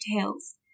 tails